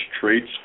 traits